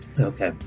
Okay